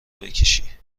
بکشی